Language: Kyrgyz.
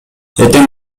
эртең